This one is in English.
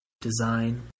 design